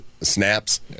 snaps